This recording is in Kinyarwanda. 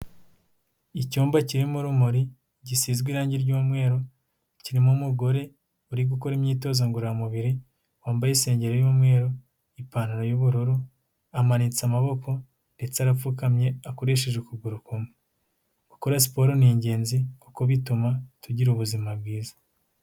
Icyumba kirimo urumuri gisizwe irange ry'umweru kirimo umugore uri gukora imyitozo ngororamubiri, wambaye isengeri y'umweru ipantaro y'ubururu amanitse amaboko ndetse arapfukamye akoresheje ukuguru kumwe. Siporo ni ingenzi kuko ituma tugira ubuzima bwiza.